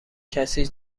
کسی